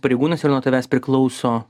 pareigūnas ir nuo tavęs priklauso